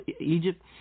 Egypt